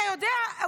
אתה יודע,